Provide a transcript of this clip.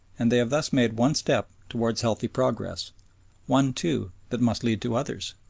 and they have thus made one step towards healthy progress one, too, that must lead to others.